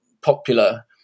popular